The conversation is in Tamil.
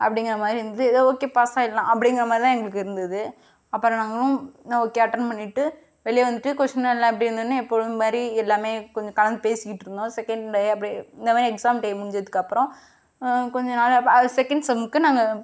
அப்படிங்கற மாதிரி இருந்தது எதோ ஓகே பாஸ் ஆகிடலாம் அப்படிங்கற மாதிரி தான் எங்களுக்கு இருந்தது அப்புறம் நாங்கள்லாம் ஓகே அட்டன் பண்ணிவிட்டு வெளியே வந்துவிட்டு கொஸ்டின்லாம் எப்படி இருந்ததுன்னு எப்போதும் மாதிரி எல்லாமே கொஞ்சம் கலந்து பேசிக்கிட்டுருந்தோம் செகண்ட் டே அப்படியே இந்த எக்ஸாம் டே முடிஞ்சதுக்கு அப்புறம் கொஞ்சம் நேரம் செகண்ட் செம்முக்கு நாங்கள்